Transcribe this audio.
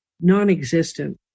non-existent